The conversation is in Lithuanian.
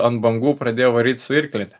ant bangų pradėjo varyt su irklente